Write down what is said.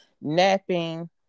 napping